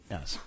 Yes